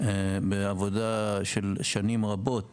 בעבודה של שנים רבות